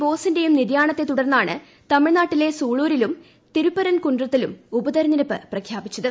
ബോസിന്റെയും നിര്യാണത്തെ തുടർന്നാണ് തമിഴ്നാട്ടിലെ സൂളൂരിലും തിരുപ്പരൻ കുണ്ഡ്രത്തിലും ഉപതിരഞ്ഞെടുപ്പ് പ്രഖ്യാപിച്ചത്